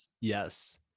yes